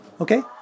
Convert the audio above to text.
Okay